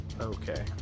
okay